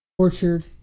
Tortured